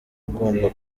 ugomba